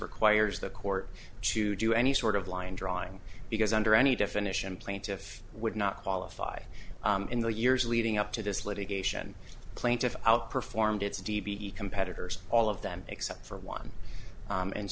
requires the court to do any sort of line drawing because under any definition plaintiff would not qualify in the years leading up to this litigation plaintiff outperformed its d b e competitors all of them except for one